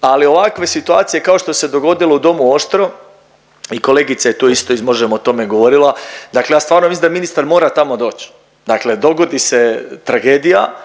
ali ovakve situacije kao što se dogodilo u domu Oštro i kolegica je tu isto iz Možemo! o tome govorila. Dakle ja stvarno mislim da ministar mora tamo doć, dakle dogodi se tragedija